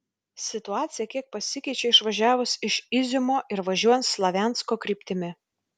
situacija kiek pasikeičia išvažiavus iš iziumo ir važiuojant slaviansko kryptimi